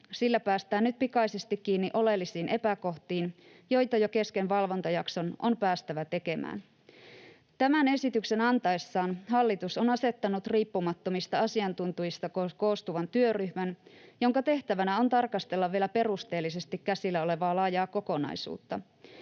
Sillä päästään nyt pikaisesti kiinni oleellisiin epäkohtiin, joita jo kesken valvontajakson on päästävä tekemään. Tämän esityksen antaessaan hallitus on asettanut riippumattomista asiantuntijoista koostuvan työryhmän, jonka tehtävänä on tarkastella vielä perusteellisesti käsillä olevaa laajaa kokonaisuutta.